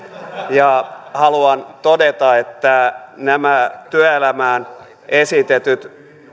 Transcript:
ja haluan todeta että näitä työelämään esitettyjä